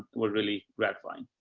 we're really gratifying.